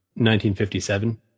1957